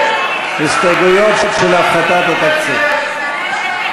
ההסתייגויות לסעיף 23,